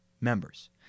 members